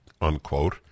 unquote